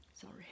Sorry